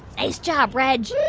nice job, reg